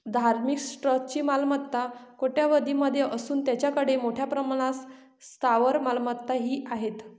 धार्मिक ट्रस्टची मालमत्ता कोट्यवधीं मध्ये असून त्यांच्याकडे मोठ्या प्रमाणात स्थावर मालमत्ताही आहेत